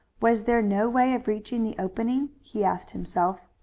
was there no way of reaching the opening? he asked himself.